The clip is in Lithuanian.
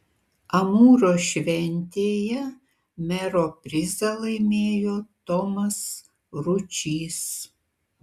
amūro šventėje mero prizą laimėjo tomas ručys